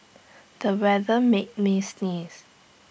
the weather made me sneeze